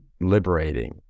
liberating